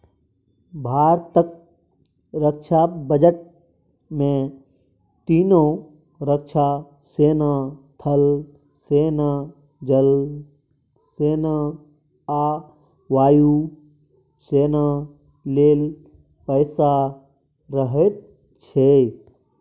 भारतक रक्षा बजट मे तीनों रक्षा सेना थल सेना, जल सेना आ वायु सेना लेल पैसा रहैत छै